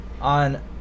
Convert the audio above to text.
on